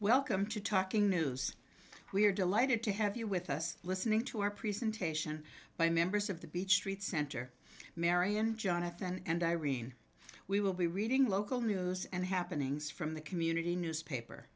welcome to talking news we're delighted to have you with us listening to our presentation by members of the beech street center marian jonathan and irene we will be reading local news and happenings from the community newspaper